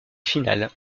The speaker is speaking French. final